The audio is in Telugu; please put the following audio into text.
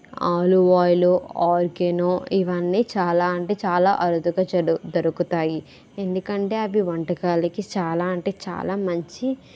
ఆలివ్ ఆయిల్ ఓరిగానో ఇవన్నీ చాలా అంటే చాలా అరుదుగా దొరుకుతాయి ఎందుకంటే అవి వంటకాలకి చాలా అంటే చాలా మంచి